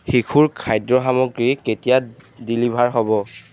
শিশুৰ খাদ্য সামগ্ৰী কেতিয়া ডেলিভাৰ হ'ব